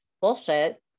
bullshit